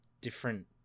different